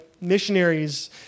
missionaries